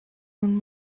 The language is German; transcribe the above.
nun